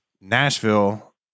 Nashville